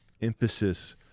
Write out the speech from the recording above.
emphasis